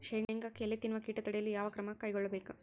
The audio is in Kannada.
ಶೇಂಗಾಕ್ಕೆ ಎಲೆ ತಿನ್ನುವ ಕೇಟ ತಡೆಯಲು ಯಾವ ಕ್ರಮ ಕೈಗೊಳ್ಳಬೇಕು?